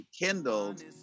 rekindled